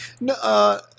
No